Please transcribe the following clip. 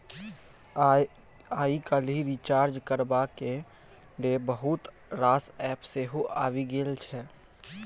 आइ काल्हि रिचार्ज करबाक लेल बहुत रास एप्प सेहो आबि गेल छै